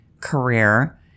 career